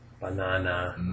Banana